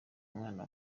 umwana